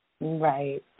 Right